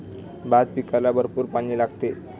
भात पिकाला भरपूर पाणी लागते